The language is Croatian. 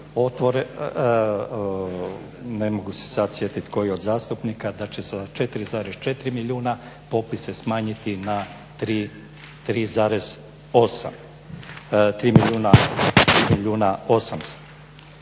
ne mogu se sad sjetit koji od zastupnika da će sa 4,4 milijuna popise smanjiti na 3,8, tri milijuna